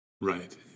Right